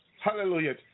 Hallelujah